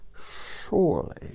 surely